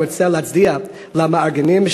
אני רוצה להצדיע למארגנים,